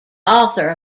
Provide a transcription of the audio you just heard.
author